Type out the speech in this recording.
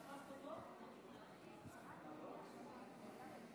עוברת בקריאה טרומית ועוברת לוועדת החוקה,